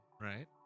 right